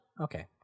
Okay